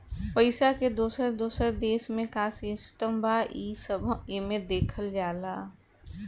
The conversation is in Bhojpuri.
पइसा के दोसर दोसर देश मे का सिस्टम बा, ई सब एमे देखल जाला